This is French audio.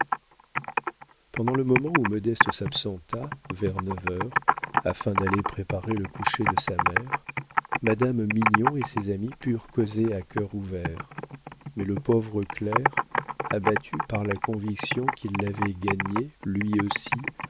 pendant le moment où modeste s'absenta vers neuf heures afin d'aller préparer le coucher de sa mère madame mignon et ses amis purent causer à cœur ouvert mais le pauvre clerc abattu par la conviction qui l'avait gagnée lui aussi